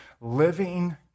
living